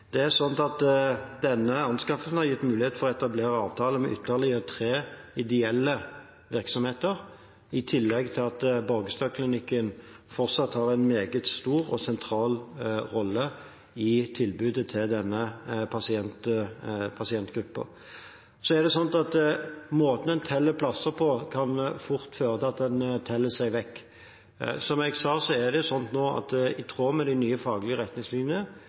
anskaffelsen har gitt mulighet for å etablere avtaler med ytterligere tre ideelle virksomheter, i tillegg til at Borgestadklinikken fortsatt har en meget stor og sentral rolle i tilbudet til denne pasientgruppen. Måten en teller plasser på, kan fort føre til at en teller seg bort. Som jeg sa, skal avrusning nå – i tråd med de nye retningslinjene